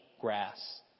grass